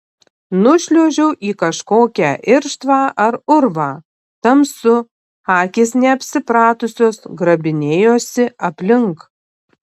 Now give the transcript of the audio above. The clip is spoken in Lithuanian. nušliuožiau į kažkokią irštvą ar urvą tamsu akys neapsipratusios grabinėjuosi aplink